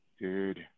Dude